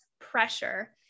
pressure